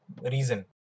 reason